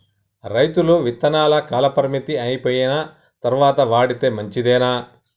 రైతులు విత్తనాల కాలపరిమితి అయిపోయిన తరువాత వాడితే మంచిదేనా?